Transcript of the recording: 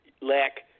lack